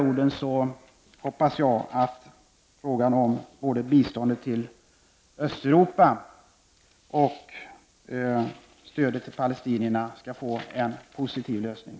Med dessa ord hoppas jag att frågan om biståndet till Östeuropa och stödet till palestinierna skall få en positiv lösning.